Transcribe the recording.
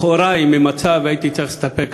לכאורה היא ממצה והייתי צריך להסתפק,